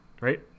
right